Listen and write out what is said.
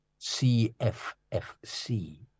CFFC